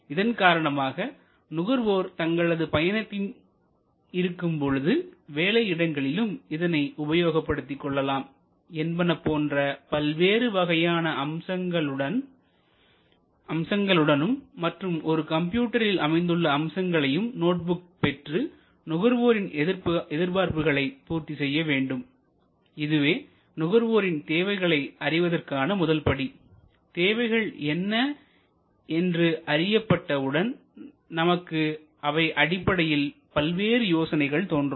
இதன் காரணமாக நுகர்வோர் தங்களது பயணத்தில் இருக்கும் பொழுதும் வேலை இடங்களிலும் இதனை உபயோகப்படுத்திக் கொள்ளலாம் என்பன போன்ற பல்வேறு வகையான அம்சங்களுடனும் மற்றும் ஒரு கம்ப்யூட்டரில் அமைந்துள்ள அம்சங்களையும் நோட்புக் பெற்று நுகர்வோரின் எதிர்பார்ப்புகளை பூர்த்தி செய்ய வேண்டும் இதுவே நுகர்வோரின் தேவைகளை அறிவதற்கான முதல்படி தேவைகள் என்ன என்று அறியப்பட்ட உடன் நமக்கு அவை அடிப்படையில் பல்வேறு யோசனைகள் தோன்றும்